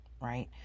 right